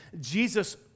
Jesus